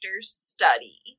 study